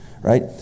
right